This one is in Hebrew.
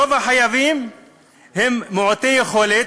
רוב החייבים הם מעוטי יכולת,